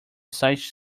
such